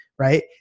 right